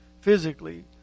physically